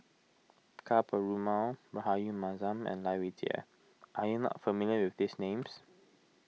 Ka Perumal Rahayu Mahzam and Lai Weijie are you not familiar with these names